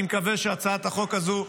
אני מקווה שהצעת החוק הזו,